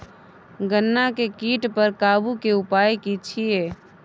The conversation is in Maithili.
गन्ना के कीट पर काबू के उपाय की छिये?